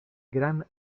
grand